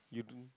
you don't